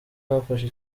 bafashe